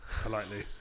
politely